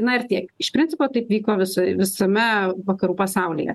na ir tiek iš principo taip vyko visur visame vakarų pasaulyje